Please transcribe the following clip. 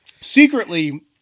secretly